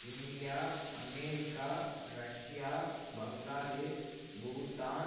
India America Russia Bangladesh Bhutan